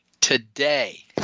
today